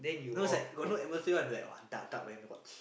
no it's like got no atmosphere one like dark dark then